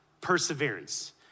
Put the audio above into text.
perseverance